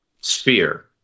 sphere